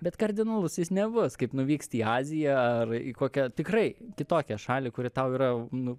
bet kardinalus jis nebus kaip nuvyksti į aziją ar į kokią tikrai kitokią šalį kuri tau yra nu